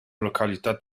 località